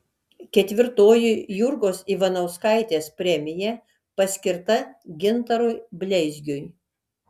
ketvirtoji jurgos ivanauskaitės premija paskirta gintarui bleizgiui